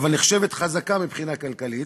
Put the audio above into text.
אבל שנחשבת חזקה מבחינה כלכלית,